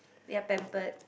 they're pampered